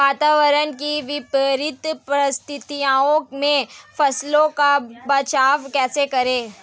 वातावरण की विपरीत परिस्थितियों में फसलों का बचाव कैसे करें?